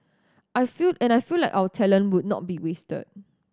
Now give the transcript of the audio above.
I feel and I feel like our talent would not be wasted